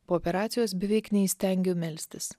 po operacijos beveik neįstengiau melstis